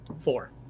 four